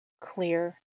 clear